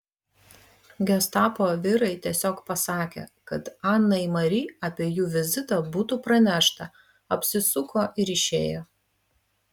gestapo vyrai tiesiog pasakė kad anai mari apie jų vizitą būtų pranešta apsisuko ir išėjo